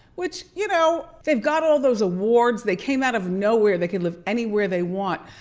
which, you know, they've got all those awards, they came out of nowhere, they could live anywhere they want.